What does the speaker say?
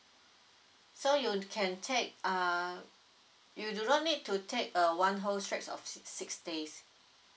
so you can check uh you do need to take a one whole stretch of six six days